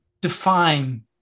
define